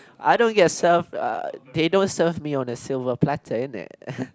I don't get served uh they don't serve me on a silver plater in it